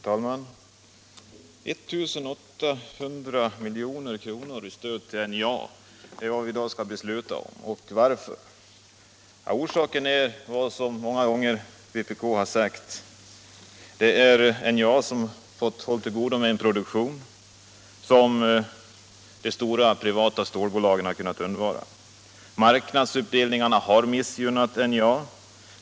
Herr talman! 1800 milj.kr. i stöd till NJA — det är vad vi i dag skall besluta om. Orsaken är, som vpk många gånger har sagt, att NJA har fått hålla till godo med en produktion som de stora privata stålbolagen kunnat undvara. Marknadsuppdelningarna har missgynnat NJA.